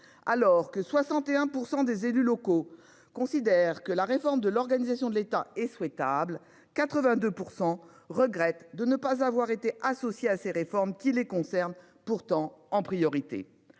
Alors que 61% des élus locaux considèrent que la réforme de l'organisation de l'État et souhaitables 82% regrette de ne pas avoir été associés à ces réformes qui les concernent pourtant en priorité.